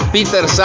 Peter